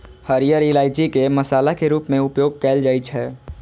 हरियर इलायची के मसाला के रूप मे उपयोग कैल जाइ छै